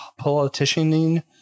politicianing